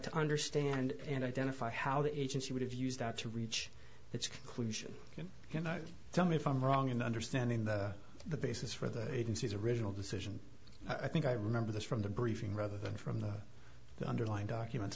to understand and identify how the agency would have used that to reach its conclusion you cannot tell me if i'm wrong in understanding the the basis for the agency's original decision i think i remember this from the briefing rather than from the underlying documents